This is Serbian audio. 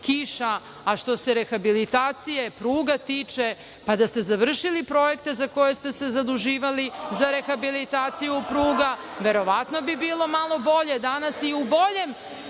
kiša. Što se rehabilitacije pruga tiče, pa da ste završili projekte za koje ste se zaduživali za rehabilitaciju pruga, verovatno bi bilo malo bolje danas i u boljem